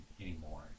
anymore